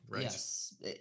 Yes